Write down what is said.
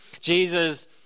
Jesus